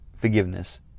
forgiveness